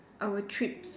our trips